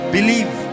Believe